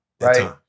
right